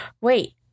wait